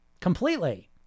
Completely